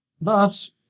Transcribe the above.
Thus